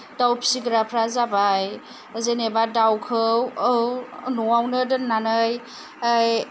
दाउ फिसिग्राफोरा जाबाय जेनेबा दाउखौ औ न'आवनो दोननानै ओ